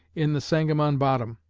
in the sangamon bottom,